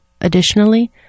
Additionally